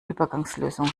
übergangslösung